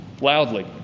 loudly